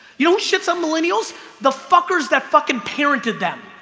you don't shit some millennials the fuckers that fucking parented them